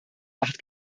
acht